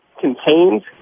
contained